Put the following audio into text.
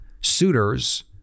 suitors